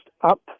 up